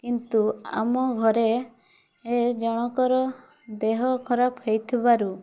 କିନ୍ତୁ ଆମ ଘରେ ଏ ଜଣଙ୍କର ଦେହ ଖରାପ ହେଇଥିବାରୁ